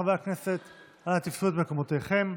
חברי הכנסת, אנא תפסו את מקומותיכם.